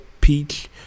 peach